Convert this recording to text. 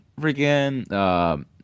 freaking